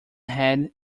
had